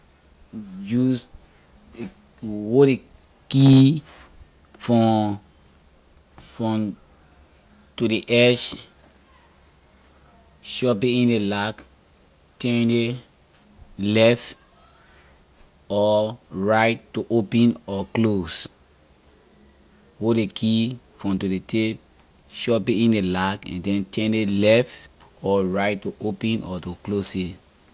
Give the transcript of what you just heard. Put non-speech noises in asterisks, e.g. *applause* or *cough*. We use *hesitation* we hold ley key from from to ley edge shove it in the lock turn it left or right to open or close hold ley key from to ley tail shove it in the lock and turn it left or right to open or to close it